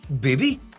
Baby